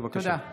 בבקשה.